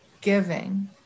giving